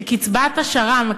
שקצבת השר"מ שלהם,